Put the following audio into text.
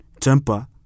temper